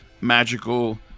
magical